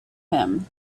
him